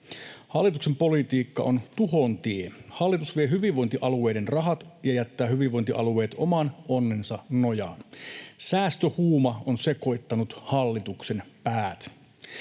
Hallituksen politiikka on tuhon tie. Hallitus vie hyvinvointialueiden rahat ja jättää hyvinvointialueet oman onnensa nojaan. Säästöhuuma on sekoittanut hallituksen päät.